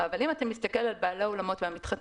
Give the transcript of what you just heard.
אבל אם אתה מסתכל על בעלי האולמות והמתחתנים,